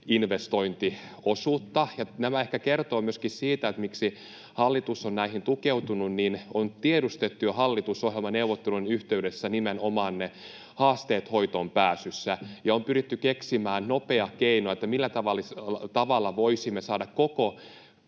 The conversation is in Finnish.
investointiosuutta. Nämä ehkä kertovat myöskin siitä, miksi hallitus on näihin tukeutunut, eli on tiedostettu jo hallitusohjelmaneuvotteluiden yhteydessä nimenomaan haasteet hoitoonpääsyssä ja on pyritty keksimään nopea keino, millä tavalla voisimme saada koko